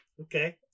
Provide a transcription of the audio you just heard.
Okay